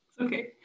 Okay